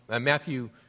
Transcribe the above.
Matthew